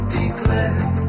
declared